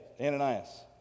Ananias